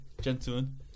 gentlemen